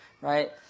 right